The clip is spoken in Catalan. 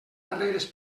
barreres